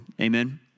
Amen